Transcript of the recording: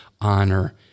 honor